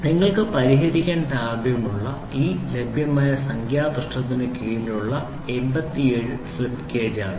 നിങ്ങൾക്ക് പരിഹരിക്കാൻ താൽപ്പര്യമുള്ള ഈ ലഭ്യമായ സംഖ്യാ പ്രശ്നത്തിന് കീഴിലുള്ള 87 സ്ലിപ്പ് ഗേജ് ആണ്